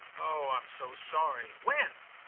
oh i'm so sorry when?